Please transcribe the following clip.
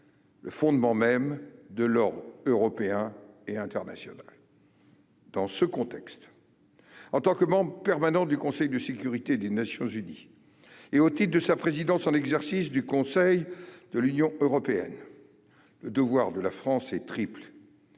le fondement même de l'ordre européen et international. « Dans ce contexte, en tant que membre permanent du Conseil de sécurité des Nations unies et au titre de sa présidence en exercice du Conseil de l'Union européenne, le devoir de la France est triple